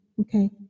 okay